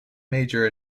major